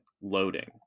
loading